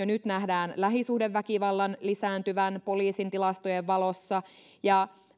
nyt nähdään lähisuhdeväkivallan lisääntyvän poliisin tilastojen valossa ja